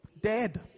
dead